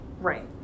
Right